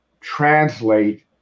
translate